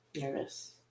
Nervous